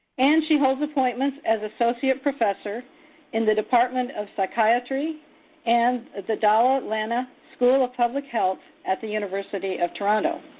and she holds appointments as associate professor in the department of psychiatry and the dalla landa school of public health at the university of toronto.